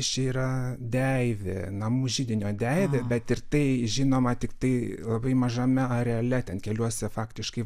čia yra deivė namų židinio devė bet ir tai žinoma tiktai labai mažame areale ten keliuose faktiškai